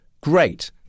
great